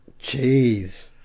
Jeez